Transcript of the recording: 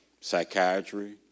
psychiatry